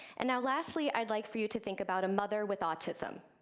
and now, lastly, i'd like for you to think about a mother with autism.